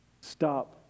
Stop